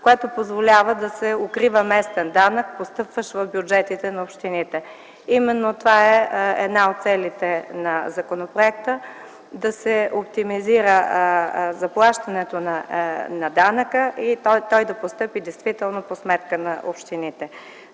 което позволява да се укрива местен данък, постъпващ в бюджетите на общините. Именно това е една от целите на законопроекта – да се оптимизира заплащането на данъка и той да постъпи действително по сметка на общините.